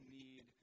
need